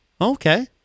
Okay